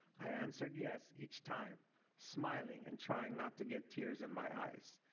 i answered yes each time smiling and trying not to get tears in my eyes.